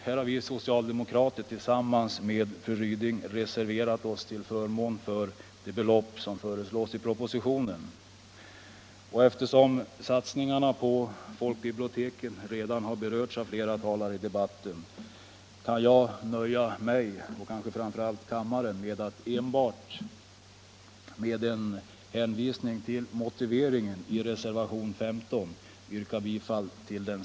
Här har vi socialdemokrater till sammans med fru Ryding reserverat oss till förmån för det belopp som föreslås i propositionen. Eftersom satsningarna på folkbiblioteken redan har berörts av flera talare i debatten kan jag nöja mig — och kanske framför allt glädja kammaren —- med att enbart hänvisa till motiveringen i reservationen 15, som jag yrkar bifall till.